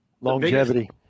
Longevity